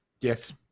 Yes